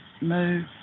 move